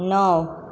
णव